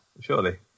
surely